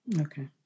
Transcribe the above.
Okay